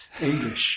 English